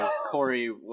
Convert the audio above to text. Corey